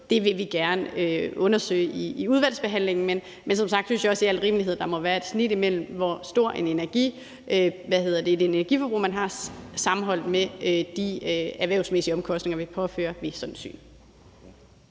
Det vil vi gerne undersøge i udvalgsbehandlingen. Men som sagt synes jeg også, at der i al rimelighed må være et snit mellem, hvor stort et energiforbrug man har, og de erhvervsmæssige omkostninger, vi påfører ved sådan et syn.